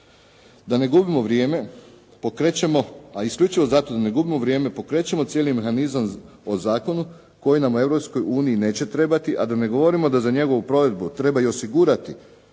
da ne gubimo vrijeme pokrećemo cijeli mehanizam o zakonu koji nam u Europskoj uniji neće trebati a da ne govorimo da za njegovu provedbu treba osigurati